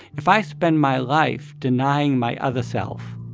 if i spend my life denying my other self,